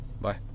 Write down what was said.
Bye